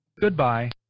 Goodbye